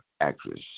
actress